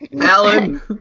Alan